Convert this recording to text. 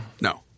No